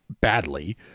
badly